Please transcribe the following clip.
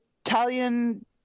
Italian